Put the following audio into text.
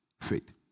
faith